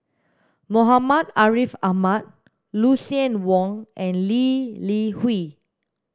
Muhammad Ariff Ahmad Lucien Wang and Lee Li Hui